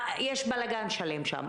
יש בלגן שלם שם.